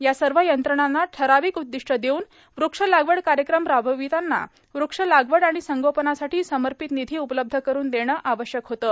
या सर्व यंत्रणांना ठराविक उद्दिष्ट देऊन वृक्ष लागवड कार्यक्रम राबविताना वृक्ष लागवड आणि संगोपनासाठी समर्पित निधी उपलब्ध करून देणं आवश्यक होतं